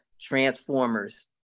Transformers